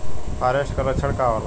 फारेस्ट के लक्षण का होला?